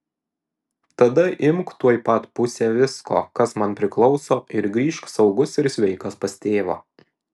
tada imk tuoj pat pusę visko kas man priklauso ir grįžk saugus ir sveikas pas tėvą